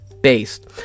Based